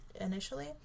initially